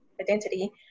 identity